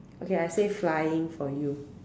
okay I say flying for you